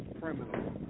criminal